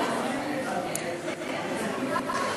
112),